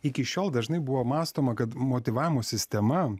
iki šiol dažnai buvo mąstoma kad motyvavimo sistema